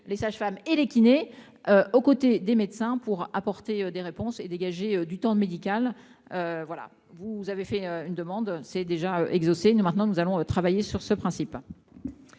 les sages-femmes et les kinés aux côtés des médecins pour apporter des réponses et dégager du temps médical : voilà vous vous avez fait une demande c'est déjà exaucé nous maintenant nous allons travailler sur ce principe.